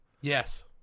Yes